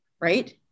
right